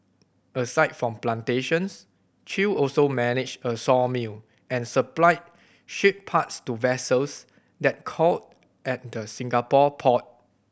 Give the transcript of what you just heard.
aside from plantations Chew also managed a sawmill and supplied ship parts to vessels that called at the Singapore port